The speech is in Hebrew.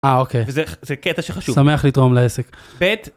אה אוקיי. וזה קטע שחשוב. שמח לתרום לעסק. ב.